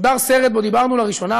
שודר סרט שבו דיברנו לראשונה,